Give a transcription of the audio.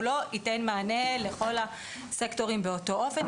הוא לא ייתן מענה לכל הסקטורים באותו אופן.